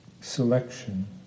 selection